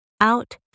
out